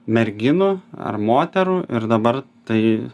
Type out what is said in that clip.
merginų ar moterų ir dabar tai